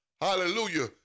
hallelujah